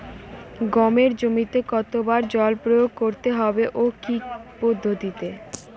গমের জমিতে কতো বার জল প্রয়োগ করতে হবে ও কি পদ্ধতিতে?